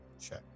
check